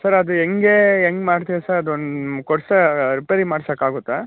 sir ಅದು ಹೆಂಗೆ ಹೆಂಗ್ ಮಾಡ್ತೀರಾ ಸರ್ ಅದೊಂದು ಕೊಡ್ಸಿ ರಿಪೇರಿ ಮಾಡಿಸಕ್ಕಾಗುತ್ತಾ